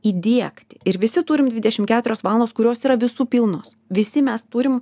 įdiegti ir visi turim dvidešim keturias valandas kurios yra visų pilnos visi mes turim